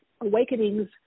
Awakenings